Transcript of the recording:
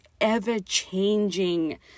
ever-changing